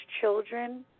children